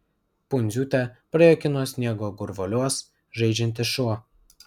pundziūtę prajuokino sniego gurvuoliuos žaidžiantis šuo